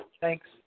Thanks